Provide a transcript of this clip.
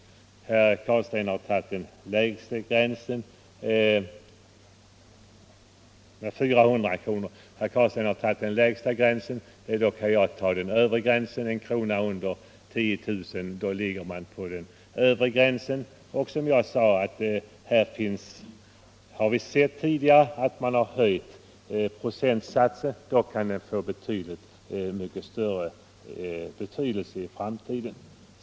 Herr Carlstein har tagit den lägre gränsen och då kan jag ta den övre. Vi har tidigare sett att man efter en tid har höjt procentsatsen. Den kan då få mycket större betydelse.